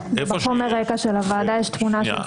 בחומר הרקע של הוועדה יש תמונה של זה.